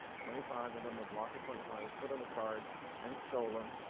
twenty five of them, a block of twenty five was put on a card and stolen